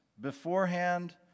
beforehand